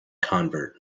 convert